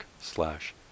slash